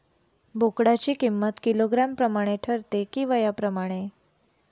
बोकडाची किंमत किलोग्रॅम प्रमाणे ठरते कि वयाप्रमाणे?